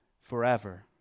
forever